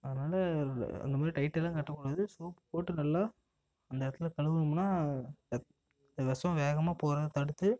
அதனால் அந்த மாதிரி டைட்டாலாம் கட்டக்கூடாது சோப்பு போட்டு நல்லா அந்த இடத்துல கழுவினோம்னா ரத் விஷம் வேகமாக போகிறத தடுத்து